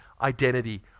identity